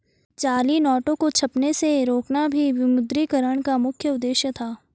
जाली नोटों को छपने से रोकना भी विमुद्रीकरण का मुख्य उद्देश्य था